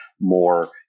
more